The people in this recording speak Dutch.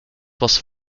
pas